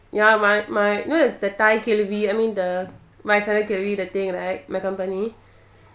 ya my my you know the the time I mean the my the thing right my company